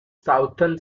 southern